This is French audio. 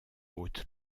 haute